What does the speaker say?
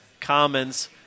commons